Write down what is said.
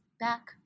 back